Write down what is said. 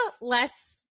less